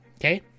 okay